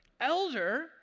elder